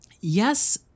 yes